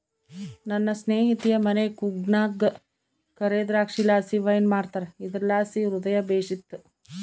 ನನ್ನ ಸ್ನೇಹಿತೆಯ ಮನೆ ಕೂರ್ಗ್ನಾಗ ಕರೇ ದ್ರಾಕ್ಷಿಲಾಸಿ ವೈನ್ ಮಾಡ್ತಾರ ಇದುರ್ಲಾಸಿ ಹೃದಯ ಬೇಶಿತ್ತು